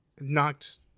knocked